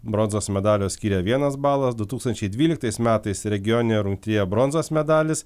bronzos medalio skiria vienas balas du tūkstančiai dvyliktais metais regioninėje rungtyje bronzos medalis